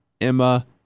Emma